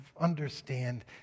understand